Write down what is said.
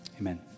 Amen